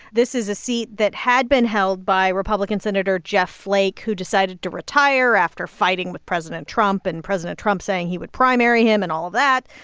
this is a seat that had been held by republican senator jeff flake, who decided to retire after fighting with president trump and president trump saying he would primary him and all of that.